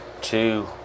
two